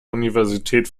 universität